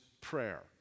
prayer